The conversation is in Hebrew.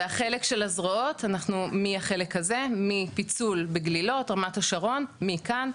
והחלק של הזרועות אנחנו מהחלק הזה מפיצול גלילות רמת השרון מכאן,